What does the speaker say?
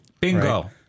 Bingo